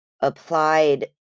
applied